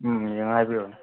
ꯎꯝ ꯌꯦꯡꯉ ꯍꯥꯏꯕꯤꯔꯛꯑꯣꯅꯦ